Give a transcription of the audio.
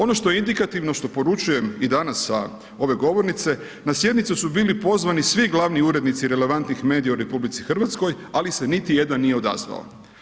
Ono što je indikativno, što poručujem i danas sa ove govornice, na sjednicu su bili pozvani svi glavni urednici relevantnih medija u RH, ali se niti jedan nije odazvao.